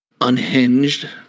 unhinged